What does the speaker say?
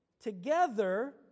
together